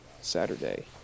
Saturday